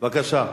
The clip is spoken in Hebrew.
בבקשה.